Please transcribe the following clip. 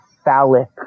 phallic